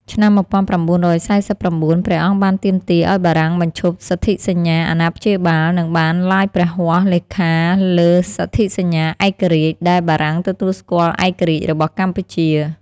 ឆ្នាំ១៩៤៩ ព្រះអង្គបានទាមទារឱ្យបារាំងបញ្ឈប់សន្ធិសញ្ញាអាណាព្យាបាល និងបានឡាយព្រះហស្តលេខាលើសន្ធិសញ្ញាឯករាជ្យដែលបារាំងទទួលស្គាល់ឯករាជ្យរបស់កម្ពុជា។